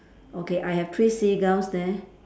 okay I have three seagulls there